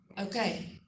Okay